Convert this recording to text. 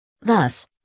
Thus